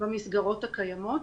במסגרות הקיימות.